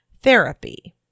therapy